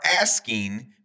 asking